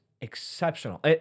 exceptional